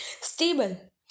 stable